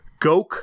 Goke